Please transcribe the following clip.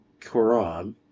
Quran